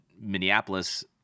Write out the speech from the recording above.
Minneapolis